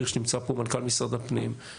ומנכ"ל משרד הפנים הירש נמצא פה,